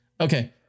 Okay